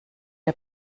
der